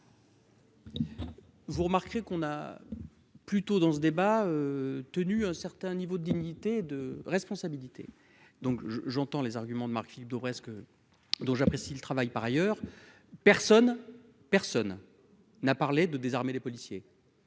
Vous remarquerez qu'on a plutôt dans ce débat tenu un certain niveau de dignité, de responsabilité, donc je j'entends les arguments de Marc-Philippe Daubresse que dont j'apprécie le travail, par ailleurs, personne, personne n'a parlé de désarmer les policiers.